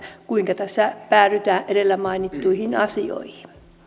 kuinka tässä päädytään edellä mainittuihin asioihin